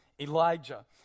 Elijah